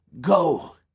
Go